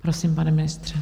Prosím, pane ministře.